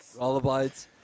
Rollerblades